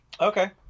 Okay